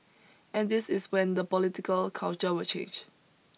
and this is when the political culture will change